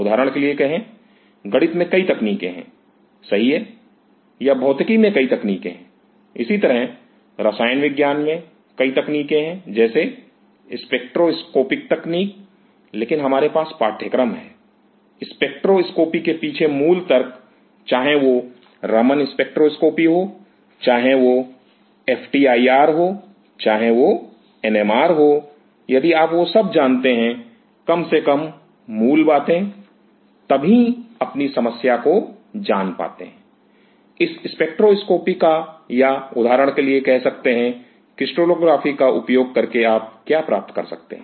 उदाहरण के लिए कहें गणित में कई तकनीकें हैं सही है या भौतिकी में कई तकनीकें हैं इसी तरह रसायन विज्ञान में कई तकनीकें हैं जैसे स्पेक्ट्रोस्कोपिक तकनीक लेकिन हमारे पास पाठ्यक्रम हैं स्पेक्ट्रोस्कोपी के पीछे मूल तर्क चाहे वह रमन स्पेक्ट्रोस्कोपी हो चाहे वह एफटीआईआर हो चाहे वह एनएमआर हो यदि आप वह सब जानते हैं कम से कम मूल बातें तभी अपनी समस्या को जान पाते हैं इस स्पेक्ट्रोस्कोपी का या उदाहरण के लिए कह सकते हैं क्रिस्टलोग्राफी का उपयोग करके आप क्या प्राप्त कर सकते हैं